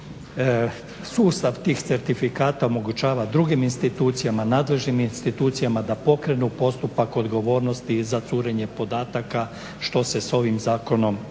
Sustav tih certifikata omogućava drugim institucijama, nadležnim institucijama da pokrenu postupak odgovornosti za curenje podataka što se s ovim zakonom anulira.